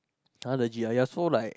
!huh! legit ah you are so like